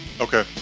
okay